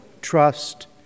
trust